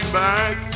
back